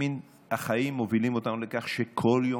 החיים מובילים אותנו לכך שכל יום,